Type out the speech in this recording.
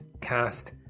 Cast